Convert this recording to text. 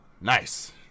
Nice